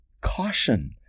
caution